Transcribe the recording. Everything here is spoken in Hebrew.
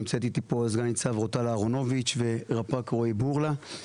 נמצאת איתי פה סנ"צ רוטל אהרונוביץ ורפ"ק רועי בורלא.